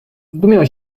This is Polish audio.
zdumiał